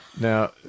Now